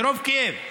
מרוב כאב.